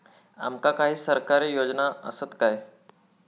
आमका काही सरकारी योजना आसत काय?